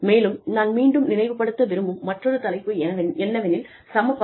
மேலும் நான் மீண்டும் நினைவுபடுத்த விரும்பும் மற்றொரு தலைப்பு என்னவெனில் சம பங்கு ஆகும்